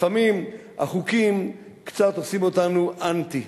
לפעמים החוקים קצת עושים אותנו אנטי,